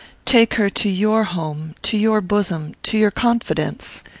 take her to your home to your bosom to your confidence.